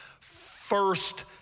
first